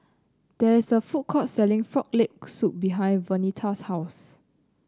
there is a food court selling Frog Leg Soup behind Vernita's house